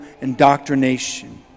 indoctrination